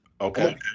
Okay